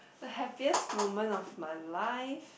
the happiest moment of my life